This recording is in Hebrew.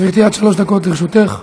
גברתי, עד שלוש דקות לרשותך.